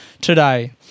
today